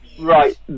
Right